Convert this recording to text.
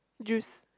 Jews